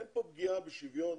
אין פה פגיעה בשוויון,